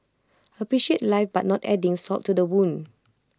appreciate life but not adding salt to the wound